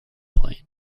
plane